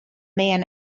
man